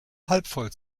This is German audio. halbvoll